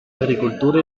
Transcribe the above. agricultura